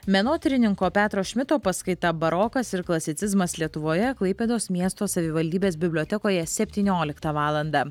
menotyrininko petro šmito paskaita barokas ir klasicizmas lietuvoje klaipėdos miesto savivaldybės bibliotekoje septynioliktą valandą